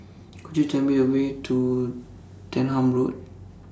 Could YOU Tell Me The Way to Denham Road